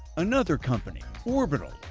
another company, orbital,